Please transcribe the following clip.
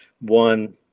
one